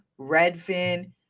Redfin